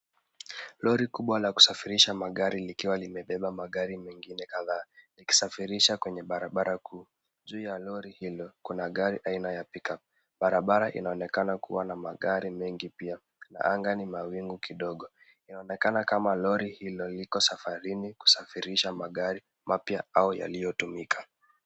Lori kubwa la kusafirisha magari likiwa limebeba magari mengine kadhaa likisafirisha kwenye barabara kuu. Juu ya lori hilo kuna gari aina ya pickup. Barabara inaonekana kuwa na magari mengi pia na anga ni mawingu kidogo. Inaonekana kama lori hilo liko safarini kusafirisha magari mapya au yaliyotumika.